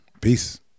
Peace